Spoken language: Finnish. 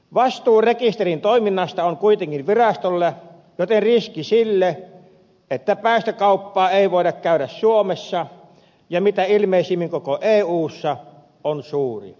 vastuu rekisterin toiminnasta on kuitenkin virastolla joten riski sille että päästökauppaa ei voida käydä suomessa ja mitä ilmeisimmin koko eussa on suuri